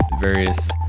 various